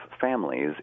families